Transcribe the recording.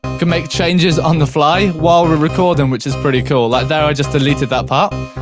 can make changes on the fly while we're recording which is pretty cool like there i just deleted that part.